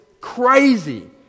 crazy